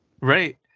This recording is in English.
right